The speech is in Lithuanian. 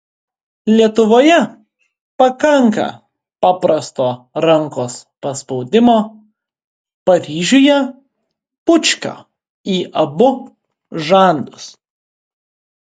lietuvoje pakanka paprasto rankos paspaudimo paryžiuje bučkio į abu žandus